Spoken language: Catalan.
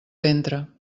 ventre